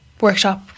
workshop